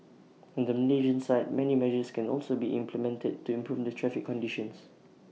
on the Malaysian side many measures can also be implemented to improve the traffic conditions